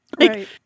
Right